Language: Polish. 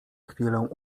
chwilę